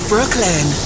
Brooklyn